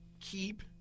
Keep